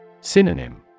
Synonym